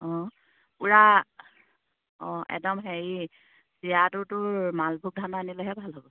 অঁ পূৰা অঁ একদম হেৰি চিৰা তোৰ মালভোগ ধানৰ আনিলেহে ভাল হ'ব